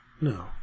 No